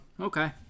okay